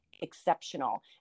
exceptional